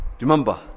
Remember